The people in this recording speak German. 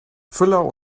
füller